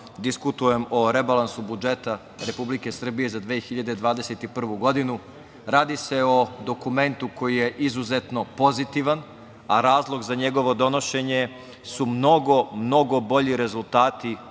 diskutujem o rebalansu budžeta Republike Srbije za 2021. godinu. Radi se o dokumentu koji je izuzetno pozitivan, a razlog za njegovo donošenje su mnogo, mnogo bolji rezultati